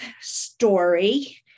story